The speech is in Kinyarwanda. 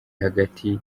hagati